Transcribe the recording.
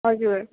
हजुर